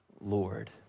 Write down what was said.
Lord